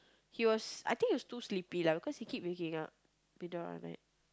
he was I think he was too sleepy lah because he keep waking up middle of the night